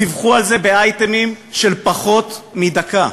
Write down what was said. דיווחו על זה באייטמים של פחות מדקה.